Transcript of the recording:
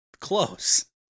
Close